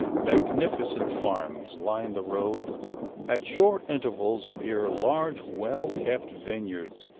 magnificent farms line the road at short intervals appear large well-kept vineyards,